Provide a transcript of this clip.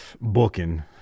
booking